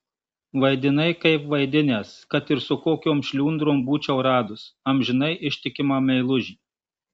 vaidinai kaip vaidinęs kad ir su kokiom šliundrom būčiau radus amžinai ištikimą meilužį